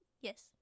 Yes